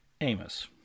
Amos